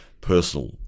personal